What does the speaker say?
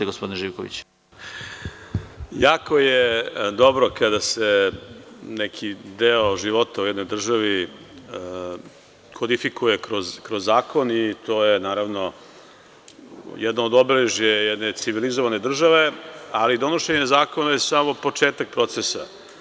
Jako je dobro kada se neki deo života u jednoj državi kodifikuje kroz zakon i to je, naravno, jedno od obeležja jedne civilizovane države, ali donošenje zakona je samo početak procesa.